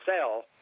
sell